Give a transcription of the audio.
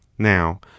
now